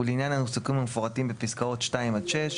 ולעניין העיסוקים המפורטים בפסקאות (2) עד (6)